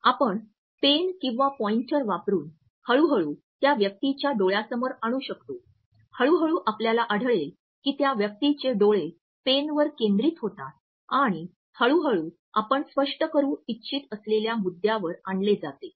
आपण पेन किंवा पॉईंटर वापरून हळूहळू त्या व्यक्तीच्या डोळ्यासमोर आणू शकतो हळूहळू आपल्याला आढळेल की त्या व्यक्तीचे डोळे पेनवर केंद्रित होतात आणि हळूहळू आपण स्पष्ट करू इच्छित असलेल्या मुद्द्यावर आणले जाते